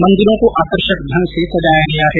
मंदिरों को आकर्षक ढंग से सजाया गया है